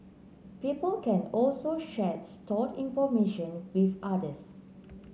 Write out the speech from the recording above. people can also share stored information with others